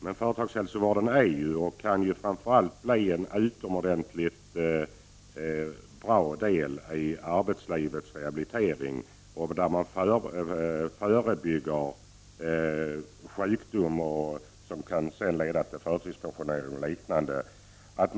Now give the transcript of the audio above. Men företagshälsovården kan bli en utomordentligt bra del i rehabilitering och förebygga sjukdomar som kan leda till förtidspensionering och liknande.